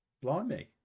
blimey